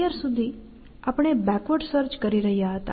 અત્યાર સુધી આપણે બેકવર્ડ સર્ચ કરી રહ્યા હતા